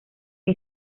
que